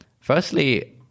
firstly